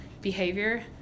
behavior